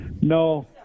No